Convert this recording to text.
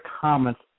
comments